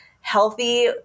healthy